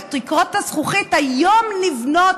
תקרות הזכוכית נבנות